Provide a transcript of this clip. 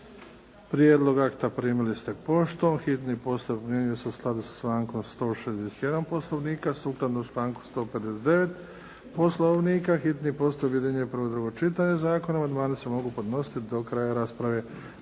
Prijedlog akta primili ste poštom. Hitni postupak primjenjuje se u skladu sa člankom 161. Poslovnika. Sukladno članku 159. Poslovnika hitni postupak objedinjuje prvo i drugo čitanje zakona. Amandmani se mogu podnositi do kraja rasprave.